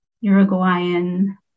Uruguayan